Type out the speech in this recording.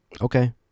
Okay